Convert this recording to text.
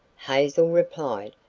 hazel replied.